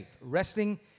Resting